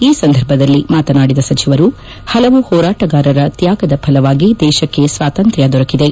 ಈ ಸಂದರ್ಭದಲ್ಲಿ ಮಾತನಾಡಿದ ಸಚಿವರು ಹಲವು ಹೋರಾಟಗಾರರ ತ್ಯಾಗದ ಥಲವಾಗಿ ದೇಶಕ್ಕೆ ಸ್ವಾತಂತ್ರ್ ದೊರಕಿದೆ